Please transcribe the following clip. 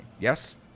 Yes